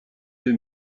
deux